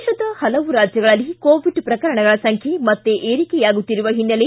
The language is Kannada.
ದೇಶದ ಪಲವು ರಾಜ್ಯಗಳಲ್ಲಿ ಕೋವಿಡ್ ಪ್ರಕರಣಗಳ ಸಂಖ್ಯೆ ಮತ್ತೆ ಏರಿಕೆಯಾಗುತ್ತಿರುವ ಹಿನ್ನೆಲೆ